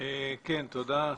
תודה.